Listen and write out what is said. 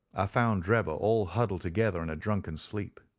i found drebber all huddled together in a drunken sleep.